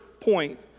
point